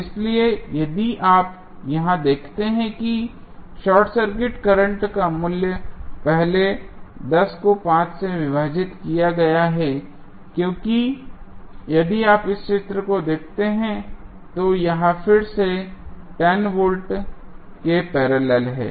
इसलिए यदि आप यहां देखते हैं कि शॉर्ट सर्किट करंट का मूल्य पहले 10 को 5 से विभाजित किया गया है क्योंकि यदि आप इस चित्र को देखते हैं तो यह फिर से 10 वोल्ट के पैरेलल है